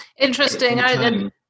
interesting